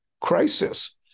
crisis